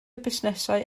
busnesau